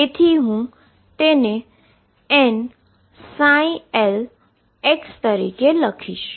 તેથી હું તેને n l તરીકે લખીશ